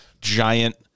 giant